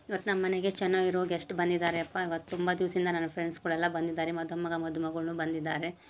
ಇವತ್ತು ನಮ್ಮ ಮನೆಗೆ ಚೆನ್ನಾಗಿರೋ ಗೆಸ್ಟ್ ಬಂದಿದಾರೇಪ್ಪ ಇವತ್ತು ತುಂಬ ದಿವ್ಸಿಂದ ನನ್ನ ಫ್ರೆಂಡ್ಸ್ಗುಳೆಲ್ಲ ಬಂದಿದ್ದಾರೆ ಮಧುಮಗ ಮಧುಮಗಳ್ನು ಬಂದಿದ್ದಾರೆ